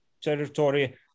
territory